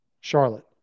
Charlotte